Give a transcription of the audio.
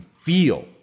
feel